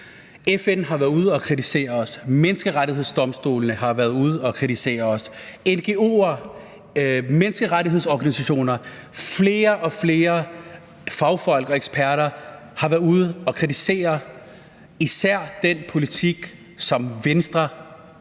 FN har været ude at kritisere os, Menneskerettighedsdomstolen har været ude at kritisere os, ngo'er, menneskerettighedsorganisationer, flere og flere fagfolk og eksperter har været ude at kritisere især den politik, som Venstre